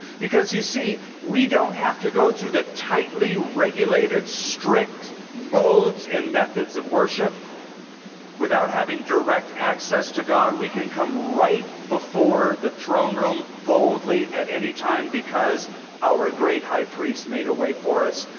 because, you see, we don't have to go through the tightly regulated, strict modes and methods of worship without having direct access to god. we can come right before the throne room boldly at any time because our great high priest made a way for us.